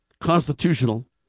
constitutional